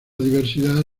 diversidad